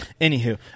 Anywho